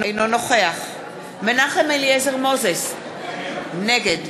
אינו נוכח מנחם אליעזר מוזס, נגד